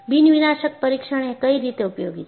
બિન વિનાશક પરીક્ષણ એ કઈ રીતે ઉપયોગી છે